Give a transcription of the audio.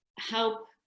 help